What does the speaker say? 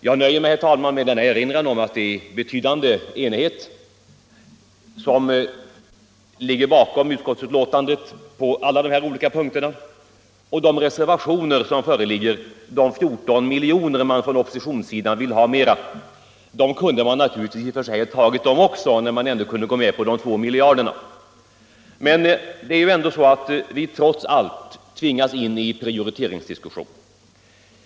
Jag nöjer mig, herr talman, med denna erinran om att det är en betydande enighet som ligger bakom utskottsbetänkandet på de flesta punkterna. De 14 miljoner som oppositionen vill ha mera kunde man naturligtvis i och för sig också ha accepterat, men trots allt tvingas vi ju in i prioriteringsdiskussioner.